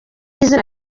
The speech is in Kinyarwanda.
izina